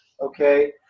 okay